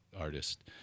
artist